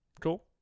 Cool